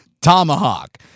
tomahawk